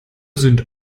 sind